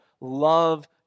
love